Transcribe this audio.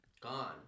gone